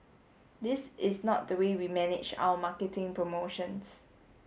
this is not the way we manage our marketing promotions